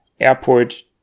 airport